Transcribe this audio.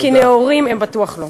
כי נאורים הם בטוח לא.